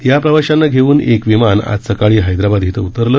या प्रवाशांना घेऊन एक विमान आज सकाळी हैदराबाद इथं उतरलं